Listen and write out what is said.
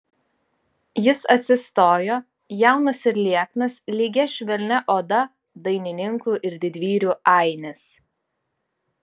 jis atsistojo jaunas ir lieknas lygia švelnia oda dainininkų ir didvyrių ainis